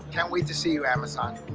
can't wait to see you, amazon.